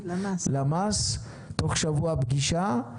למ"ס תוך שבוע פגישה,